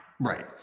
Right